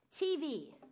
TV